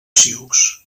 sioux